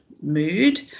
mood